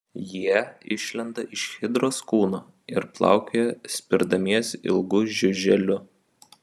jie išlenda iš hidros kūno ir plaukioja spirdamiesi ilgu žiuželiu